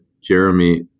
Jeremy